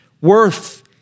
worth